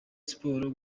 siporo